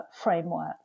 framework